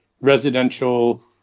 residential